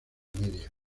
media